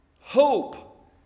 hope